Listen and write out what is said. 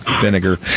vinegar